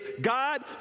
God